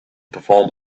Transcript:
perform